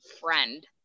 friend